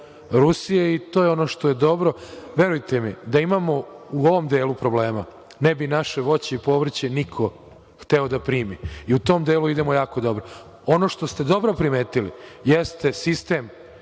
Rusije, i to je ono što je dobro. Verujte mi, da imamo u ovom delu problema, ne bi naše voće i povrće niko hteo da primi. I u tom delu idemo jako dobro. Ono što ste dobro primetili, jeste sistem